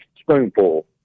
spoonful